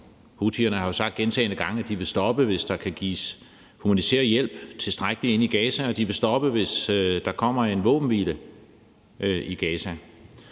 Houthierne har jo sagt gentagne gange, at de vil stoppe, hvis der kan komme tilstrækkelig humanitær hjælp ind i Gaza, og at de vil stoppe, hvis der kommer en våbenhvile i Gaza.